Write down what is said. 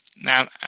now